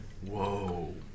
Whoa